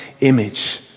image